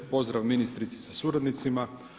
Pozdrav ministrici sa suradnicima.